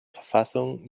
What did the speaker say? verfassung